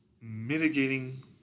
mitigating